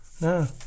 No